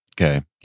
Okay